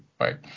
right